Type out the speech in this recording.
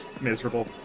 miserable